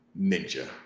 Ninja